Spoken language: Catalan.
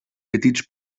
petits